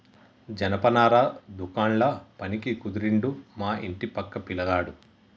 జనపనార దుకాండ్ల పనికి కుదిరిండు మా ఇంటి పక్క పిలగాడు